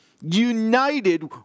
united